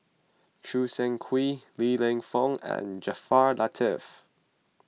Choo Seng Quee Li Lienfung and Jaafar Latiff